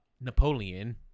Napoleon